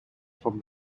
from